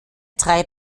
drei